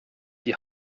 die